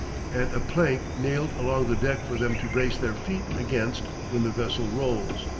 and a plank nailed along the deck for them to brace their feet against when the vessel rolls.